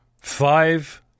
Five